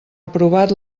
aprovat